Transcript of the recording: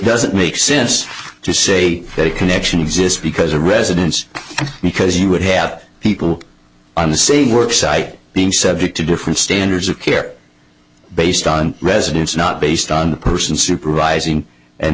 doesn't make sense to say that a connection exists because a residence because you would have people on the same work site being subject to different standards of care based on residence not based on the person supervising and